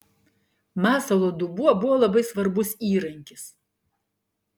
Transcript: masalo dubuo buvo labai svarbus įrankis